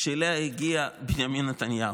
שאליה הגיע בנימין נתניהו,